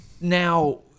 Now